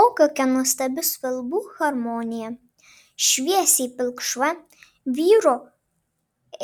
o kokia nuostabi spalvų harmonija šviesiai pilkšva vyro